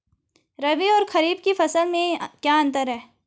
रबी और खरीफ की फसल में क्या अंतर है?